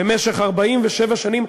במשך 47 שנים,